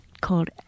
called